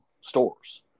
stores